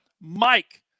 Mike